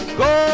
go